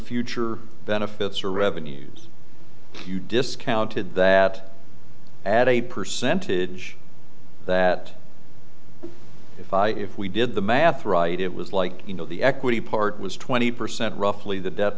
future benefits or revenues you discounted that at a percentage that if i if we did the math right it was like you know the equity part was twenty percent roughly the de